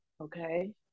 okay